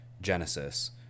Genesis